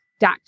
dot